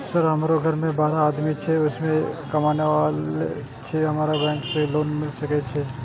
Sir हमरो घर में बारह आदमी छे उसमें एक कमाने वाला छे की हमरा बैंक से लोन मिल सके छे?